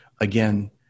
again